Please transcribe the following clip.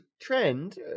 trend